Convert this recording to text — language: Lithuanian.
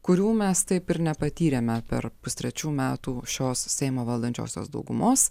kurių mes taip ir nepatyrėme per pustrečių metų šios seimo valdančiosios daugumos